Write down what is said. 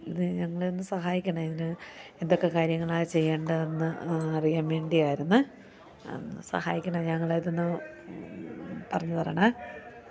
ഇതു ഞങ്ങളെ ഒന്നു സഹായിക്കണേ ഇതിന് എന്തൊക്കെ കാര്യങ്ങളാണ് ചെയ്യേണ്ടതെന്ന് അറിയാൻ വേണ്ടിയായിരുന്നു സഹായിക്കണെ ഞങ്ങളെ ഇതൊന്നു പറഞ്ഞു തരണേ